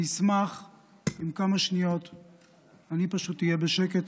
אני אשמח אם כמה שניות אני פשוט אהיה בשקט.